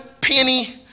penny